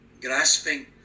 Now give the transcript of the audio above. grasping